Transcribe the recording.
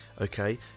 Okay